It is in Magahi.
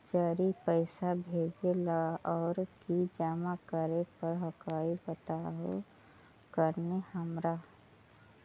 जड़ी पैसा भेजे ला और की जमा करे पर हक्काई बताहु करने हमारा?